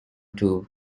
too